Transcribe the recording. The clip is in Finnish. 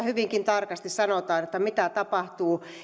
hyvinkin tarkasti sanotaan mitä tapahtuu